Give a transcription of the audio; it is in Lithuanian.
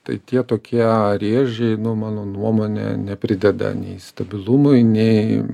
tai tie tokie rėžiai nu mano nuomone neprideda nei stabilumui nei